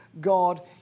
God